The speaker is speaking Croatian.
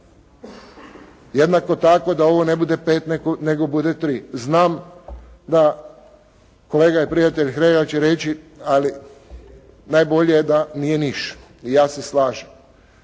Jednako tako, da ovo ne bude 5, nego bude 3. Znam da kolega i prijatelj Hrelja će reći, ali najbolje je da nije ništa i ja se slažem.